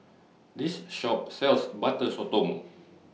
This Shop sells Butter Sotong